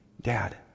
Dad